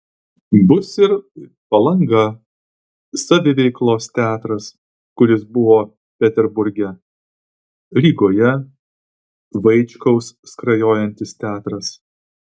bus ir palanga saviveiklos teatras kuris buvo peterburge rygoje vaičkaus skrajojantis teatras